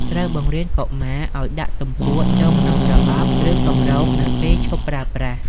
ត្រូវបង្រៀនកុមារឱ្យ ដាក់ទំពក់ ចូលក្នុងប្រអប់ ឬគម្របនៅពេលឈប់ប្រើប្រាស់។